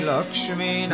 Lakshmi